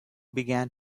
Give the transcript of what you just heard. began